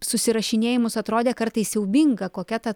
susirašinėjimus atrodė kartais siaubinga kokia ta